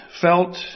felt